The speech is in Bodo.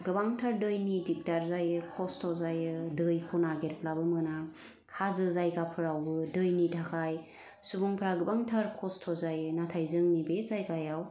गोबांथार दैनि दिखदार जायो खस्थ' जायो दैखौ नागिरब्लाबो मोनना हाजो जायगाफोराव दैनि थाखाय सुबुंफोरा गोबांथार खस्थ' जायो नाथाय जोंनि बे जायगायाव